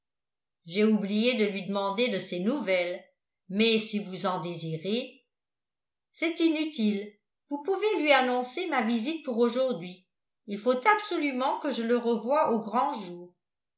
j'ai oublié de lui demander de ses nouvelles mais si vous en désirez c'est inutile vous pouvez lui annoncer ma visite pour aujourd'hui il faut absolument que je le revoie au grand jour